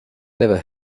never